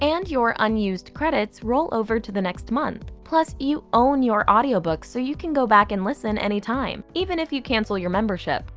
and your unused credits roll over to the next month. plus you own your audio books so you can go back and listen anytime, even if you cancel your membership.